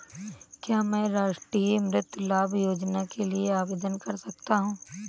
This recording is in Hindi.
क्या मैं राष्ट्रीय मातृत्व लाभ योजना के लिए आवेदन कर सकता हूँ?